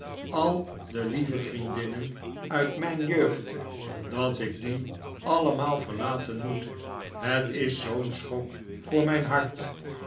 al de lieve vriendinnen uit mijn jeugd dat ik die allemaal verlaten moet het is zoo'n schok voor mijn hart